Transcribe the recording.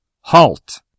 Halt